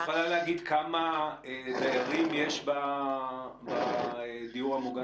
את יכולה להגיד כמה דיירים יש בדיור המוגן?